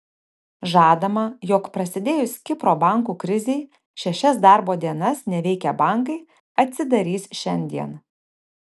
žadama jog prasidėjus kipro bankų krizei šešias darbo dienas neveikę bankai atsidarys šiandien